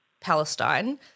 Palestine